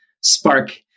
spark